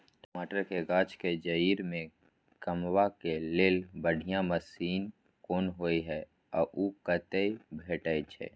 टमाटर के गाछ के जईर में कमबा के लेल बढ़िया मसीन कोन होय है उ कतय भेटय छै?